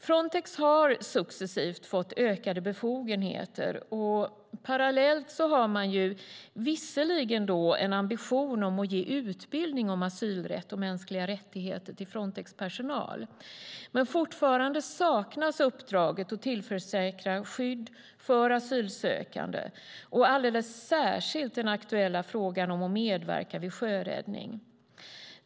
Frontex har successivt fått ökade befogenheter, och parallellt har man visserligen en ambition att ge utbildning om asylrätt och mänskliga rättigheter till Frontexpersonal. Men fortfarande saknas uppdraget att tillförsäkra skydd för asylsökande och alldeles särskilt den aktuella frågan om att medverka vid sjöräddning.